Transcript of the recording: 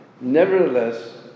Nevertheless